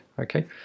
okay